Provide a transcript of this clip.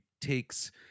takes